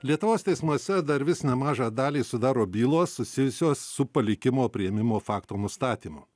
lietuvos teismuose dar vis nemažą dalį sudaro bylos susijusios su palikimo priėmimo fakto nustatymu